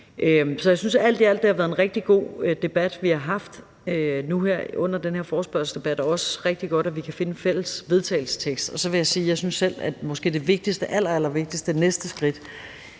Så jeg synes alt i alt, at det har været en rigtig god debat, vi har haft nu her under den her forespørgselsdebat, og at det også er rigtig godt, at vi kan finde en fælles vedtagelsestekst. Så vil jeg sige, at jeg selv synes, at det måske allerallervigtigste næste skridt